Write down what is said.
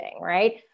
right